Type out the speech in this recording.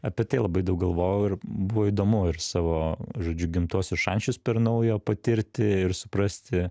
apie tai labai daug galvojau ir buvo įdomu ir savo žodžiu gimtuosius šančius per naujo patirti ir suprasti